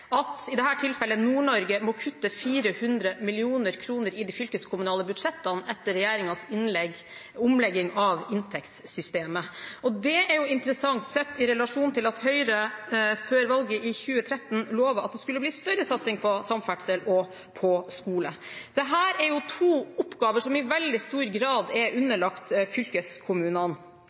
at i dette tilfellet Nord-Norge må kutte 400 mill. kr i de fylkeskommunale budsjettene etter regjeringens omlegging av inntektssystemet. Det er interessant, sett i relasjon til at Høyre før valget i 2013 lovde at det skulle bli større satsing på samferdsel og på skole. Dette er to oppgaver som i veldig stor grad er underlagt fylkeskommunene.